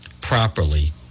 properly